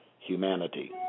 humanity